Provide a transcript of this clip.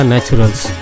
Naturals